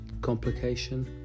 complication